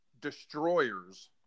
destroyers